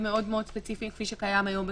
מאוד מאוד ספציפיים כפי שקיים היום בתוספת,